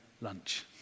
lunch